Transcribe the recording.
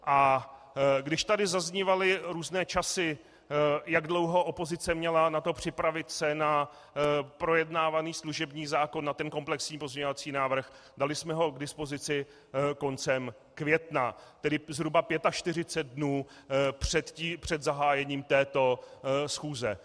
A když tady zaznívaly různé časy, jak dlouho opozice měla na to připravit se na projednávaný služební zákon, na ten komplexní pozměňovací návrh, dali jsme ho k dispozici koncem května, tedy zhruba 45 dnů před zahájením této schůze.